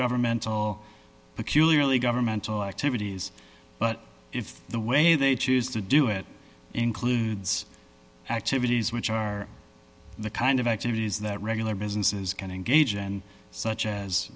governmental peculiarly governmental activities but if the way they choose to do it includes activities which are the kind of activities that regular businesses can engage in such as